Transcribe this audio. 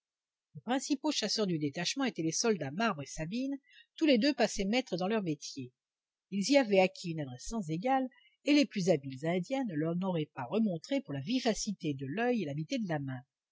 les principaux chasseurs du détachement étaient les soldats marbre et sabine tous les deux passés maîtres dans leur métier ils y avaient acquis une adresse sans égale et les plus habiles indiens ne leur en auraient pas remontré pour la vivacité de l'oeil et l'habileté de la main